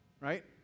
right